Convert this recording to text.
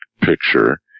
picture